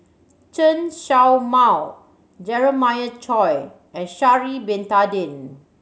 Chen Show Mao Jeremiah Choy and Sha'ari Bin Tadin